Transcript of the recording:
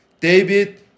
David